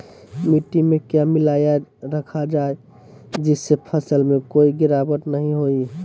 मिट्टी में क्या मिलाया रखा जाए जिससे फसल में कोई गिरावट नहीं होई?